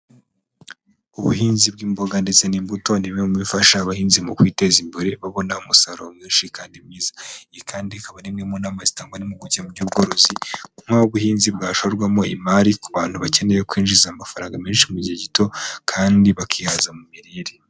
Ubuhinzi bw’imboga ndetse n’imbuto ni bimwe mu bifasha abahinzi mu kwiteza imbere babona umusaruro mwinshi kandi mwiza. Iyi kandi ikaba imwe mu nama zitangwa n'impugukire mu by'ubworozi, aho ubuhinzi bwashorwamo imari ku bantu bakeneye kwinjiza amafaranga menshi mu gihe gito kandi bakihaza mu mirire.